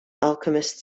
alchemist